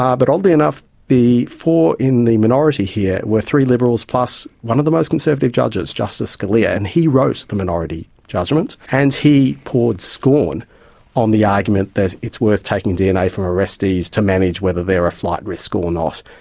um but oddly enough the four in the minority here were three liberals plus one of the most conservative judges, justice scalia, and he wrote the minority judgement and he poured scorn on the argument that it's worth taking dna from arrestees to manage whether they are a flight risk or not.